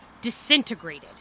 disintegrated